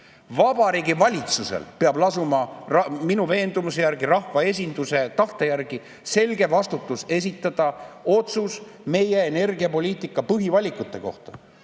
Vabariigi Valitsusel peab lasuma minu veendumuse järgi rahvaesinduse tahte järgi selge vastutus esitada otsus meie energiapoliitika põhivalikute kohta.